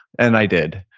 and i did.